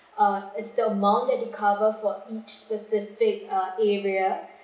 uh is the amount that will cover for each specific err area